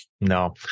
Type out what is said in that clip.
No